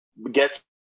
get